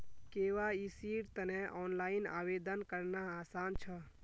केवाईसीर तने ऑनलाइन आवेदन करना आसान छ